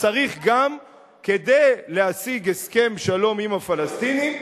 כדי להשיג הסכם שלום עם הפלסטינים,